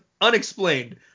unexplained